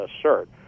assert